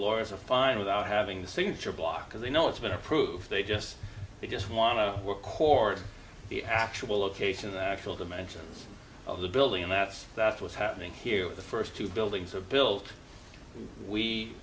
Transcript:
lawyers are fine without having the scenes are blocked because they know it's been approved they just they just want to work or the actual location the actual dimensions of the building and that's that's what's happening here with the first two buildings were built we